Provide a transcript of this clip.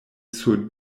sur